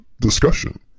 discussion